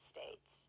States